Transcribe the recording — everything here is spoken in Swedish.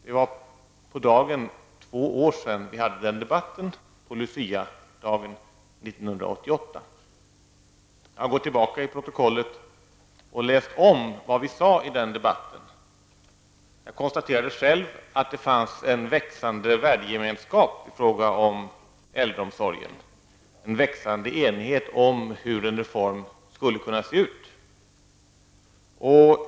Det är på dagen två år sedan vi hade den debatten, på Luciadagen 1988. Jag har gått tillbaka till protokollet och läst vad vi sade i den debatten. Jag konstaterade själv att det fanns en växande värdegemenskap i fråga om äldreomsorgen och en växande enighet om hur en reform skulle kunna se ut.